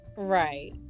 right